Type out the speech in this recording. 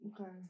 Okay